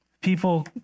people